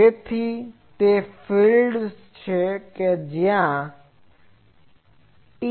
તેથી તે ફિલ્ડ્સ છે કે જ્યાં TM છે